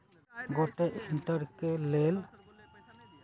हमर परिवार में सभ गोटे इंटरनेट के लेल ब्रॉडबैंड के सेहो प्रयोग करइ छिन्ह